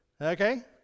okay